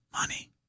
money